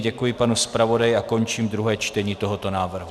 Děkuji panu zpravodaji a končím druhé čtení tohoto návrhu.